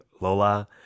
Lola